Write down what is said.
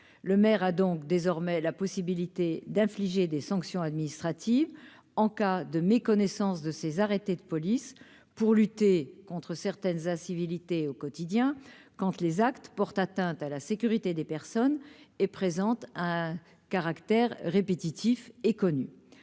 le maire a donc désormais la possibilité d'infliger des sanctions administratives en cas de méconnaissance de ces arrêtés de police pour lutter contre certaines incivilités au quotidien, quand tu les actes portent atteinte à la sécurité des personnes et présente un caractère répétitif et connu,